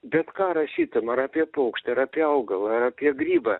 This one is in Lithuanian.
bet ką rašytum ar apie paukštį ar apie augalą ar apie grybą